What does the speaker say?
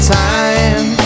time